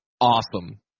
awesome